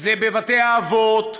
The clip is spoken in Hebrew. זה בבתי-האבות,